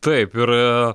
taip ir